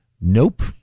Nope